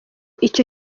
icyo